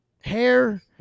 hair